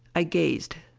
i gazed,